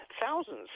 Thousands